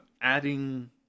adding